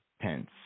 Pence